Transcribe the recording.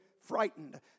frightened